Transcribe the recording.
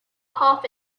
half